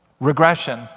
regression